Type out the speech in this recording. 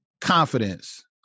confidence